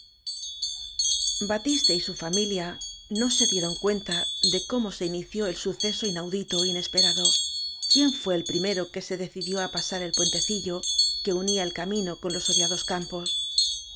batiste y su fa milia no se dieron cuenta de cómo se inició el suceso inaudito inespera do quién fué el primero que se decidió á pasar el puentecillo que unía el camino con los odiados campos